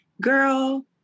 girl